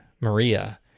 Maria